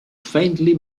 faintly